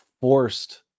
forced